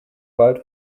bald